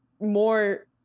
more